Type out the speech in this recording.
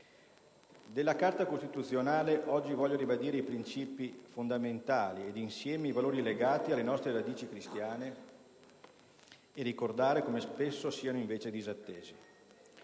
Della Carta costituzionale oggi voglio ribadire i princìpi fondamentali ed insieme i valori legati alle nostre radici cristiane e ricordare come spesso siano invece disattesi.